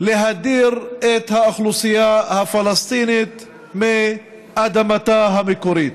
להדיר את האוכלוסייה הפלסטינית מאדמתה המקורית.